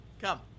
Come